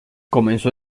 comenzó